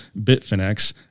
Bitfinex